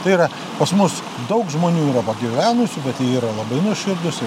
tai yra pas mus daug žmonių yra pagyvenusių bet jie yra labai nuoširdūs